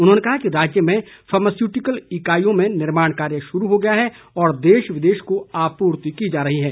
उन्होंने कहा कि राज्य में फार्मास्यूटिकल इकाईयों में निर्माण कार्य शुरू हो गया है और देश विदेश को आपूर्ति की जा रही है